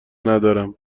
ندارم